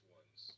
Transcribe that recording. ones